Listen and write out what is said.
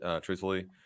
Truthfully